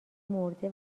مرده